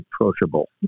approachable